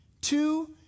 Two